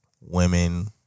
women